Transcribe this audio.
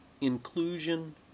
inclusion